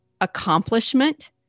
accomplishment